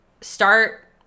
start